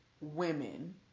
women